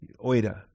Oida